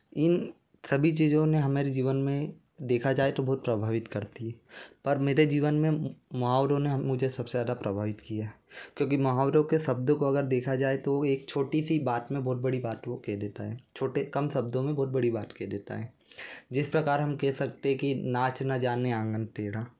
इन सभी चीज़ों ने हमारे जीवन में देखा जाए तो बहुत प्रभावित करती है पर मेरे जीवन में महावरों ने मुझे सब से ज़्यादा प्रभावित किया क्योंकि महावरों के शब्दों को अगर देखा जाए तो वो एक छोटी सी बात में बहुत बड़ी बात वो कह देता है छोटे कम शब्दों में बहुत बड़ी बात कह देता है जिस प्रकार हम कह सकते है कि नाच ना जाने आंगन टेढ़ा